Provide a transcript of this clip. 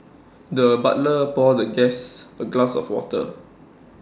the butler poured the guest A glass of water